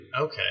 Okay